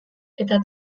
eta